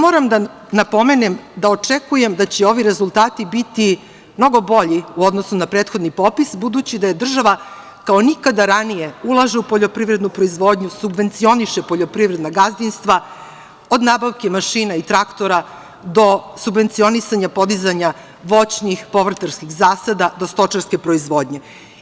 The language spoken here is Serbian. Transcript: Moram da napomenem da očekujem da će ovi rezultati biti mnogo bolji u odnosu na prethodni popis, budući da država, kao nikada ranije, ulaže u poljoprivrednu proizvodnju, subvencioniše poljoprivredna gazdinstva, od nabavke mašina i traktora do subvencionisanja podizanja voćnih, povrtarskih zasada do stočarske proizvodnje.